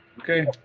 Okay